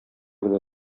генә